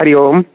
Hari Om